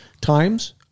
times